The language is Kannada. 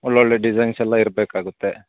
ಒಳೊಳ್ಳೆ ಡಿಸೈನ್ಸ್ ಎಲ್ಲ ಇರಬೇಕಾಗತ್ತೆ